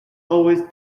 always